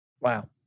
Wow